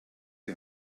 die